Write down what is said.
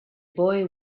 boy